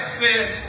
says